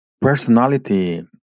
personality